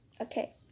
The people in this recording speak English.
Okay